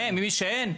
ממי שאין?